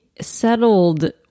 settled